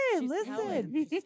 Listen